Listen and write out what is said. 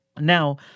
Now